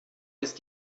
ist